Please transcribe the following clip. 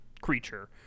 creature